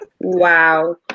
wow